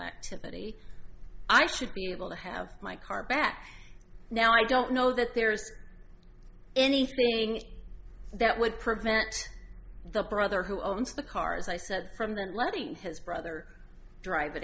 activity i should be able to have my car back now i don't know that there's anything that would prevent the brother who owns the cars i said from and letting his brother drive